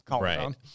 right